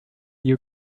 you